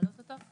להעלות אותו?